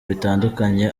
bitandukanye